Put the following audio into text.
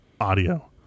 audio